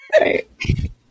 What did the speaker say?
right